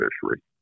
fishery